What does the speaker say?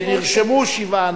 נרשמו שבעה אנשים,